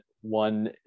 one